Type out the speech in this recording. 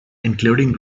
including